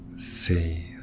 See